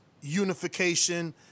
unification